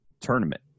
tournament